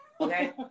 Okay